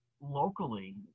locally